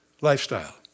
lifestyle